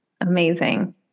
Amazing